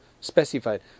specified